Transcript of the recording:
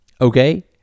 okay